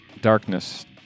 darkness